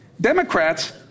Democrats